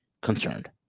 concerned